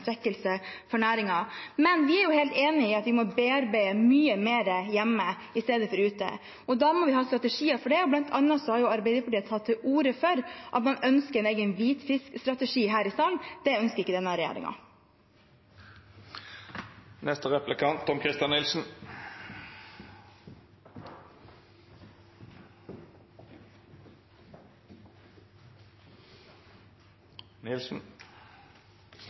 svekkelse for næringen. Men vi er helt enig i at vi må bearbeide mye mer hjemme i stedet for ute. Da må vi ha strategier for det, og bl.a. har Arbeiderpartiet tatt til orde for en egen hvitfiskstrategi her i salen. Det ønsker ikke denne